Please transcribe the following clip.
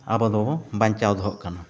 ᱟᱵᱚ ᱫᱚᱵᱚᱱ ᱵᱟᱧᱪᱟᱣ ᱫᱚᱦᱚᱜ ᱠᱟᱱᱟ